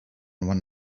one